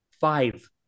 five